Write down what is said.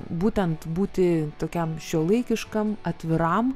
būtent būti tokiam šiuolaikiškam atviram